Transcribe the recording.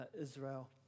Israel